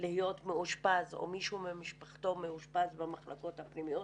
להיות מאושפז או מישהו ממשפחתו אושפז במחלקה פנימית,